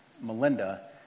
Melinda